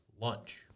Lunch